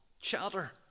Chatter